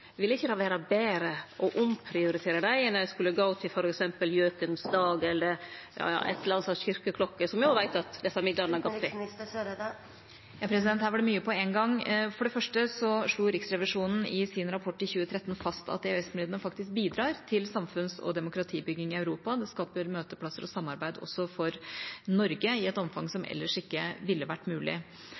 å omprioritere dei enn at dei går til f.eks. gaukens dag eller kyrkjeklokker, som me veit at desse midlane har gått til? Her var det mye på én gang. For det første slo Riksrevisjonen i sin rapport i 2013 fast at EØS-midlene faktisk bidrar til samfunns- og demokratibygging i Europa. Det skaper møteplasser og samarbeid også for Norge i et omfang som ellers ikke ville vært mulig.